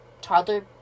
toddler